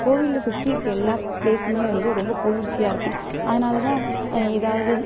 கோவிலை சுற்றி இருக்க எல்லா ப்ளேஸுமே வந்து ரொம்ப குளிர்ச்சியா இருக்கும் அதனால்தான் ஏதாவது